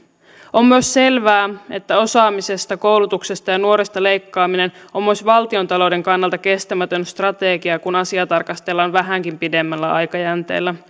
myös selvää että osaamisesta koulutuksesta ja nuorista leikkaaminen on myös valtiontalouden kannalta kestämätön strategia kun asiaa tarkastellaan vähänkin pidemmällä aikajänteellä